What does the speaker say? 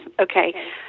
Okay